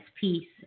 piece